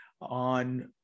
on